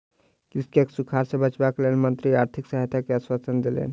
कृषकक सूखाड़ सॅ बचावक लेल मंत्री आर्थिक सहायता के आश्वासन देलैन